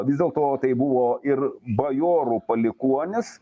vis dėlto tai buvo ir bajorų palikuonys